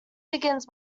begins